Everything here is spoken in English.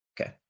Okay